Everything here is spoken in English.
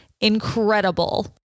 incredible